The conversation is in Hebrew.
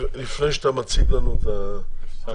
לפני שאתה מציג לנו את הקרנות,